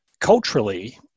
culturally